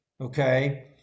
okay